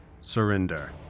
Surrender